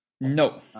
No